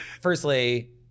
firstly